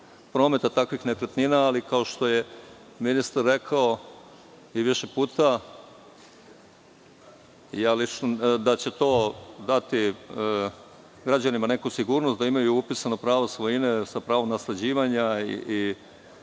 prometa takvih nekretnina, ali kao što je ministar rekao više puta, da će to dati građanima neku sigurnost, da imaju upisano pravo svojine sa pravom nasleđivanja i